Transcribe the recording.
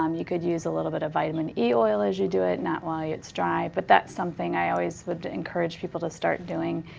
um you could use a little bit of vitamin e oil as you do it, not while it's dry, but that's something i always would encourage people to start doing.